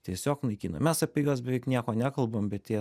tiesiog naikino mes apie juos beveik nieko nekalbam bet